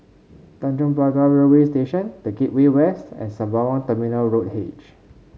Tanjong Pagar Railway Station The Gateway West and Sembawang Terminal Road H